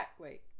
wait